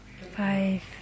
Five